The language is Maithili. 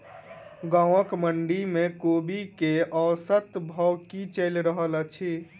गाँवक मंडी मे कोबी केँ औसत भाव की चलि रहल अछि?